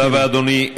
תודה רבה, אדוני.